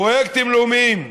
פרויקטים לאומיים,